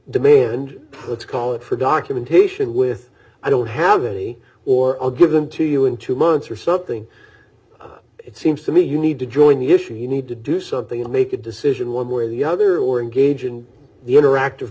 demand let's call it for documentation with i don't have any or i'll give them to you in two months or something it seems to me you need to join the issue you need to do something to make a decision one way or the other or engage in the interactive